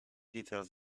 details